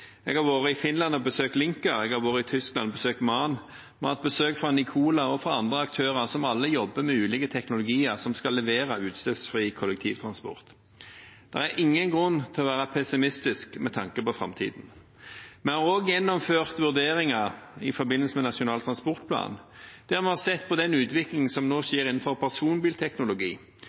Jeg har vært i Finland og besøkt Linkker. Jeg har vært i Tyskland og besøkt MAN. Vi har hatt besøk fra Nikola og fra andre aktører som alle jobber med ulike teknologier som skal levere utslippsfri kollektivtransport. Det er ingen grunn til å være pessimistisk med tanke på framtiden. Vi har også gjennomført vurderinger i forbindelse med Nasjonal transportplan der vi har sett på den utviklingen som nå skjer innenfor personbilteknologi,